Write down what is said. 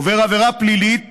עובר עבירה פלילית